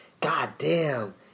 goddamn